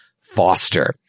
Foster